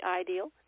ideal